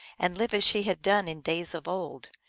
and live as she had done in days of old.